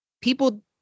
people